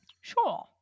Sure